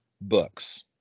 books